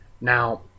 Now